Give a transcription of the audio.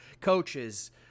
coaches